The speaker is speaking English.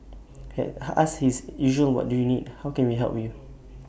had asked his usual what do you need how can we help you